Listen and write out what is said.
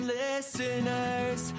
listeners